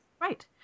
Right